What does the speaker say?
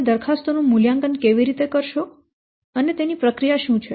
તમે દરખાસ્તો નું મૂલ્યાંકન કેવી રીતે કરશો અને તેની પ્રક્રિયા શું છે